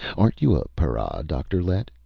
aren't you a para, dr. lett?